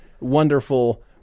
wonderful